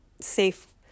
safe